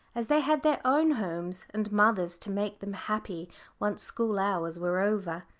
as they had their own homes and mothers to make them happy once school hours were over.